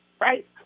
right